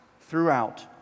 throughout